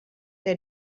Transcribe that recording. they